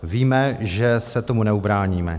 Víme, že se tomu neubráníme.